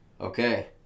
Okay